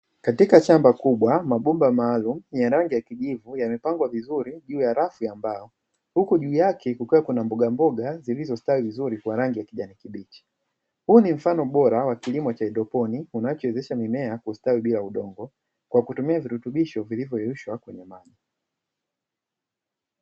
Katika shamba kubwa mabomba maalum ya rangi ya kijivu yamepangwa vizuri juu ya rasi ya mbao huku juu yake kukiwa kuna mbogamboga zilizostawi vizuri kwa rangi ya kijani kibichi huu ni mfano bora wa kilimo cha haidroponi kinachowezesha mmea kustawi bila udongo kwa kutumia virutubisho vilivyoyeyushwa ndani ya maji.